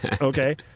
Okay